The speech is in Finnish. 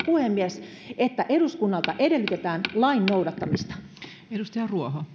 puhemies että eduskunnalta edellytetään lain noudattamista